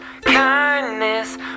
kindness